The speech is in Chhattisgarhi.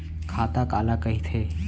खाता काला कहिथे?